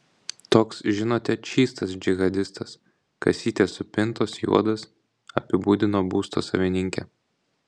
toks žinote čystas džihadistas kasytės supintos juodas apibūdino būsto savininkė